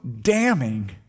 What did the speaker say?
damning